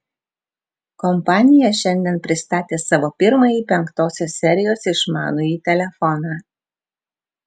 kompanija šiandien pristatė savo pirmąjį penktosios serijos išmanųjį telefoną